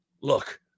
Look